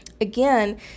Again